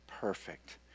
perfect